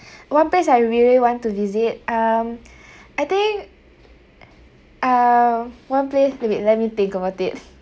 one place I really want to visit um I think uh one place wait let me think about it